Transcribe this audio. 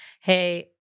hey